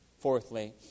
Fourthly